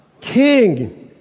King